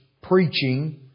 preaching